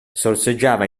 sorseggiava